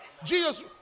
Jesus